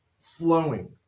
flowing